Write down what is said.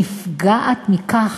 נפגעת מכך